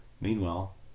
meanwhile